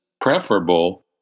preferable